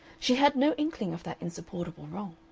she had no inkling of that insupportable wrong.